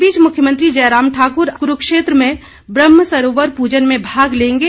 इस बीच मुख्यमंत्री जयराम ठाकुर आज कुरूक्षेत्र में ब्रहम सरोवर पूजन में भाग लेंगे